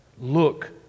Look